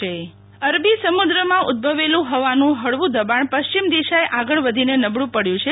શીતલ વૈશ્નવ હ્વામાન વરસાદ અરબી સમુદ્રમાં ઉદ્દભવેલું હવાનું હળવું દબાણ પશ્ચિમ દિશાએ આગળ વધીને નબળુ પડ્યું છે